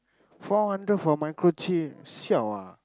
four hundred for microchip siao ah